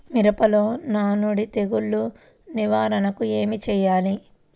మిరపలో నానుడి తెగులు నివారణకు ఏమి చేయాలి?